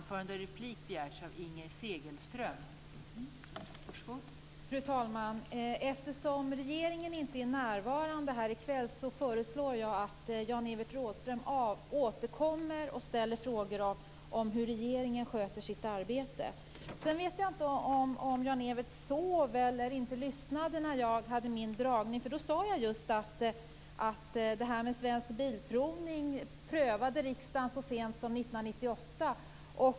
Fru talman! Eftersom regeringen inte är företrädd här i kväll föreslår jag att Jan-Evert Rådhström återkommer med att ställa frågor om hur regeringen sköter sitt arbete. Jag vet vidare inte om Jan-Evert sov eller inte lyssnade när jag gjorde min föredragning. Då sade jag just att riksdagen prövade frågan om Svensk Bilprovning så sent som 1998.